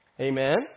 Amen